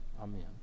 Amen